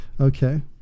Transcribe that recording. Okay